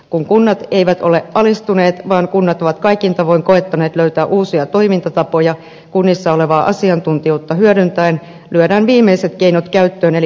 kun kunnat eivät ole alistuneet vaan kunnat ovat kaikin tavoin koettaneet löytää uusia toimintatapoja kunnissa olevaa asiantuntijuutta hyödyntäen lyödään viimeiset keinot käyttöön eli pakkoliitokset